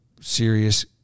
serious